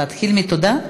להתחיל מתודה?